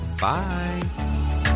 bye